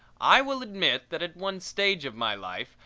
i will admit that at one stage of my life,